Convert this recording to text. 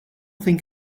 think